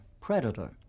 predator